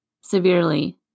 severely